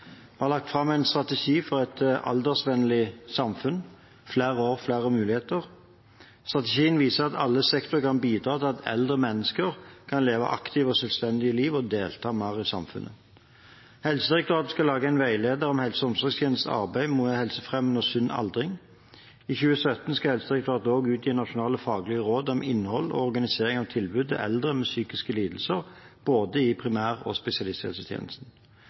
Vi har lagt fram en strategi for et aldersvennlig samfunn: Flere år – flere muligheter. Strategien viser at alle sektorer kan bidra til at eldre mennesker kan leve aktive og selvstendige liv og delta mer i samfunnet. Helsedirektoratet skal lage en veileder om helse- og omsorgstjenestens arbeid med en helsefremmende og sunn aldring. I 2017 skal Helsedirektoratet også utgi nasjonale faglige råd om innhold og organisering av tilbud til eldre med psykiske lidelser, både i primær- og spesialisthelsetjenesten.